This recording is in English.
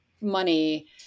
money